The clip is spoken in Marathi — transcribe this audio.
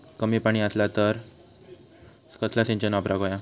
कमी पाणी असला तर कसला सिंचन वापराक होया?